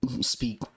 speak